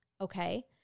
okay